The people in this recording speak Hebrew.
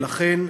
ולכן,